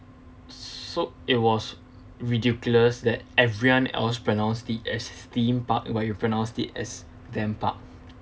so it was ridiculous that everyone else pronounced it as theme park while you pronounced it as them park